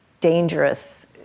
dangerous